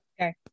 Okay